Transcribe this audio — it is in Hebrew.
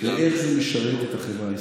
ואיך זה משרת את החברה הישראלית.